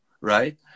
right